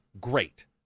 Great